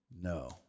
no